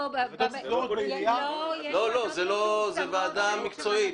לא, זאת ועדה מקצועית.